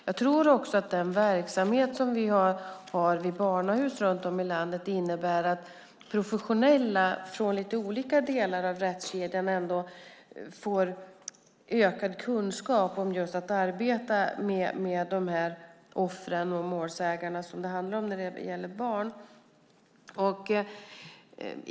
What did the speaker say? Jag tror också att den verksamhet vi har vid barnahus runt om i landet innebär att professionella från olika delar av rättskedjan får ökad kunskap om att arbeta med de offer och målsägare som det handlar om när det gäller barn.